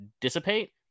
dissipate